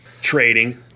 trading